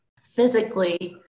physically